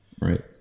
Right